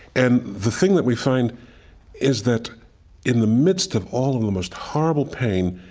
and the thing that we find is that in the midst of all of the most horrible pain,